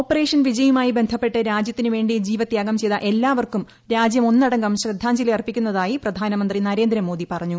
operation വിജയുമായി ബന്ധപ്പെട്ട് രാജ്യത്തിനുവേ ി ജീവത്യാഗം ചെയ്ത എല്പാവർക്കും രാജ്യമൊന്നടങ്കം ശ്രദ്ധാഞ്ജലിയർപ്പിക്കുന്നതായി പ്രധാനമന്ത്രി പറഞ്ഞു